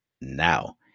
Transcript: now